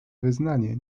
wyznanie